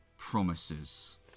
Promises